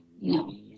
No